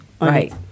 Right